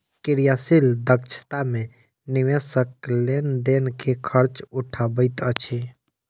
क्रियाशील दक्षता मे निवेशक लेन देन के खर्च उठबैत अछि